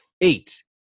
eight